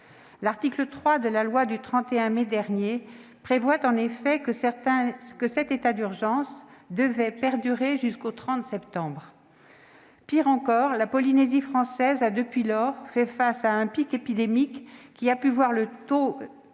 L'article 3 de la loi du 31 mai 2021 prévoyait en effet que cet état d'urgence devait perdurer jusqu'au 30 septembre 2021. Pis, la Polynésie française a depuis lors fait face à un pic épidémique : les taux d'incidence